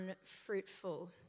unfruitful